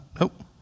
nope